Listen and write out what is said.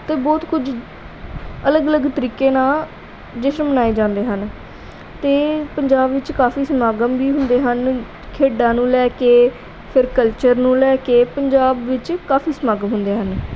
ਅਤੇ ਬਹੁਤ ਕੁਝ ਅਲੱਗ ਅਲੱਗ ਤਰੀਕੇ ਨਾਲ ਜਸ਼ਨ ਮਨਾਏ ਜਾਂਦੇ ਹਨ ਅਤੇ ਪੰਜਾਬ ਵਿੱਚ ਕਾਫ਼ੀ ਸਮਾਗਮ ਵੀ ਹੁੰਦੇ ਹਨ ਖੇਡਾਂ ਨੂੰ ਲੈ ਕੇ ਫਿਰ ਕਲਚਰ ਨੂੰ ਲੈ ਕੇ ਪੰਜਾਬ ਵਿੱਚ ਕਾਫ਼ੀ ਸਮਾਗਮ ਹੁੰਦੇ ਹਨ